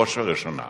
ובראש ובראשונה